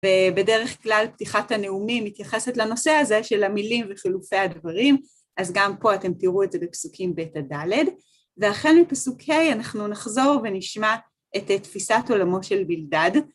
ובדרך כלל פתיחת הנאומים מתייחסת לנושא הזה של המילים וחילופי הדברים, אז גם פה אתם תראו את זה בפסוקים ב' עד ד'. ואחרי פסוקי אנחנו נחזור ונשמע את תפיסת עולמו של בלדד.